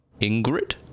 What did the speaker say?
Ingrid